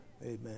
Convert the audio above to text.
Amen